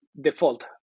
default